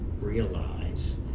realize